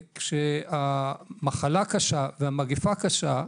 וכשהמחלה קשה והמגפה קשה,